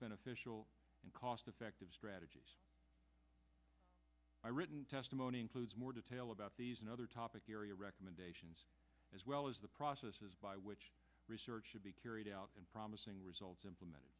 beneficial and cost effective strategies i written testimony includes more detail about these and other topic area recommendations as well as the processes by which research should be carried out and promising results implemented